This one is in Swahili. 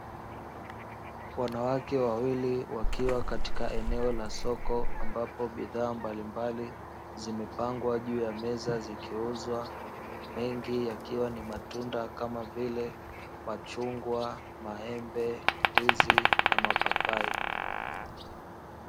Wanawake wawili wakiwa katika eneo la soko ambapo bidhaa mbalimbali zimepangwa juu ya meza zikiuzwa, mengi yakiwa ni matunda kama vile machungwa, maembe, ndizi na mapapai.